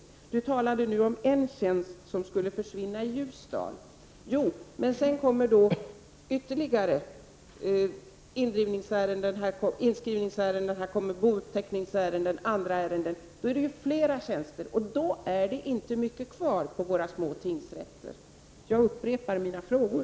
Göran Magnusson talade om en tjänst som skulle försvinna i Ljusdal. Men sedan tillkommer indrivningsärenden, inskrivningsärenden, bouppteckningsärenden och andra ärenden. Då blir det fråga om att dra in fler tjänster och sedan är det inte mycket kvar på våra små tingsrätter.